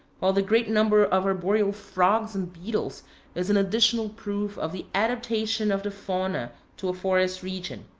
while the great number of arboreal frogs and beetles is an additional proof of the adaptation of the fauna to a forest region.